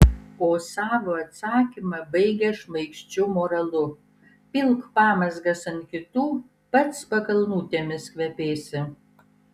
o savo atsakymą baigia šmaikščiu moralu pilk pamazgas ant kitų pats pakalnutėmis kvepėsi